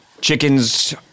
Chickens